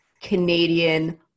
canadian